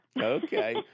Okay